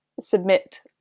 submit